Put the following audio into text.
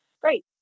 Great